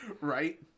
Right